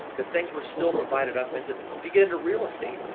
because things were still divided up into this. if you get into real estate,